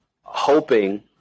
hoping